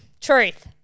Truth